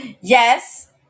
Yes